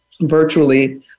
virtually